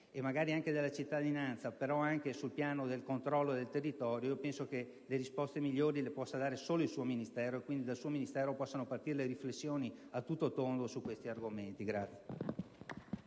e magari anche della cittadinanza, ma anche sul piano del controllo del territorio, e penso che le risposte migliori le possa dare solo il suo Ministero e che da esso quindi possano partire delle riflessioni a tutto tondo su questi temi.